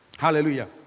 Hallelujah